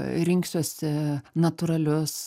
rinksiuosi natūralius